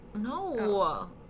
No